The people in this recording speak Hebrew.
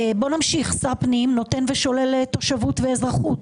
שר פנים נותן ושולל תושבות ואזרחות.